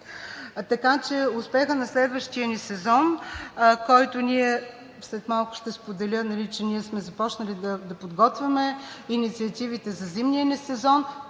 Така че успехът на следващия ни сезон, който ние – след малко ще споделя, че ние сме започнали да подготвяме инициативите за зимния ни сезон,